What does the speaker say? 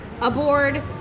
aboard